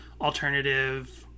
alternative